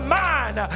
mind